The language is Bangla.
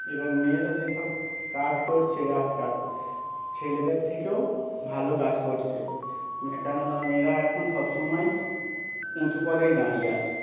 এবং মেয়েরা যেসব কাজ করছে আজকাল ছেলেদের থেকেও ভালো কাজ করছে কেননা মেয়েরা এখন সব সমময় উঁচু পদেই দাঁড়িয়ে আছে